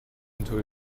into